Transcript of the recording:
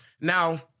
Now